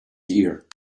ear